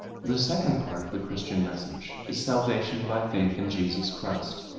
the second part of the christian message is salvation by faith in jesus christ.